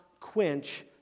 quench